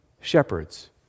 Shepherds